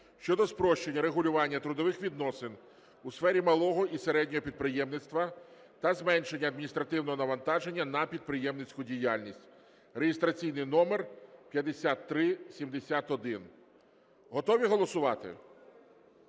щодо спрощення регулювання трудових відносин у сфері малого і середнього підприємництва та зменшення адміністративного навантаження на підприємницьку діяльність (реєстраційний номер 5371). Готові голосувати?